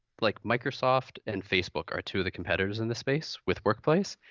like, microsoft and facebook are two of the competitors in this space with workplace.